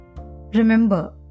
Remember